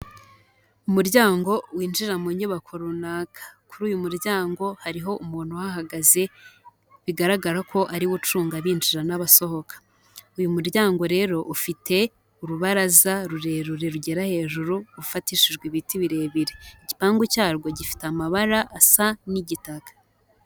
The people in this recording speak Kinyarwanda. Umuryango winjira mu nyubako runaka, kuri uyu muryango hariho umuntu uhahagaze bigaragara ko ariwe ucunga abinjira n'abasohoka, uyu muryango rero ufite urubaraza rurerure rugera hejuru ufatishijwe ibiti birebire, igipangu cyarwo gifite amabara asa n'igitaka.